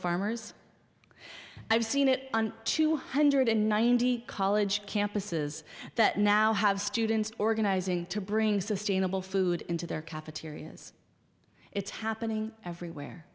farmers i've seen it on two hundred ninety college campuses that now have students organizing to bring sustainable food into their cafeterias it's happening everywhere